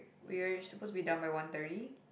we are supposed to be done by one thirty